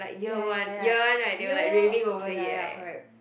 ya ya ya ya ya lah ya ya correct